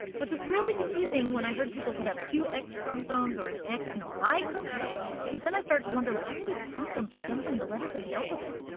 which was really confusing when i heard people could have two x chromosomes or an x and a y chromosome because then i started to wonder why are these chromosomes resembling the letters of the alphabet?